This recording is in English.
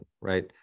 right